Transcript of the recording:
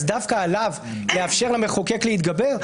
דווקא עליו לאפשר למחוקק להתגבר?